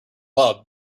love